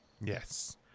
Yes